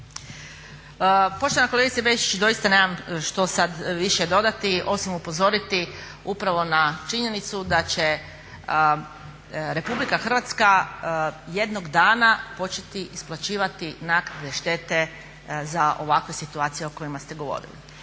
Poštovana kolegice Bečić, doista nemam što sada više dodati osim upozoriti upravo na činjenicu da će Republika Hrvatska jednog dana početi isplaćivati naknade štete za ovakve situacije o kojima ste govorili.